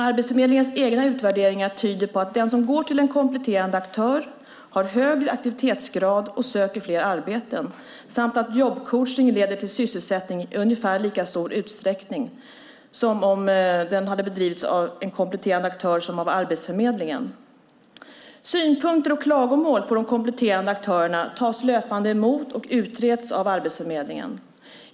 Arbetsförmedlingens egna utvärderingar tyder på att den som går till en kompletterande aktör har högre aktivitetsgrad och söker fler arbeten samt att jobbcoachning leder till sysselsättning i ungefär lika stor utsträckning om den bedrivs av en kompletterande aktör som av Arbetsförmedlingen. Synpunkter och klagomål på de kompletterande aktörerna tas löpande emot och utreds av Arbetsförmedlingen.